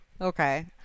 Okay